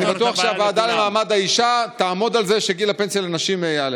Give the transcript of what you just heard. אני בטוח שהוועדה למעמד האישה תעמוד על זה שגיל הפנסיה לנשים יעלה.